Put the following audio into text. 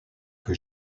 que